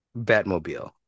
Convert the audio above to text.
Batmobile